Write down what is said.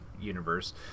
universe